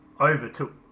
overtook